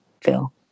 Phil